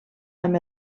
amb